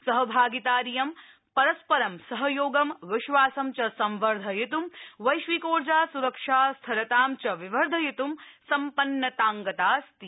सहभागितारिये परस्पर् सहयोग विश्वासं च संवर्धयित् वैश्विकोर्जासरक्षा स्थिरता च विवर्धयित् सम्पन्नताङ्गता अस्ति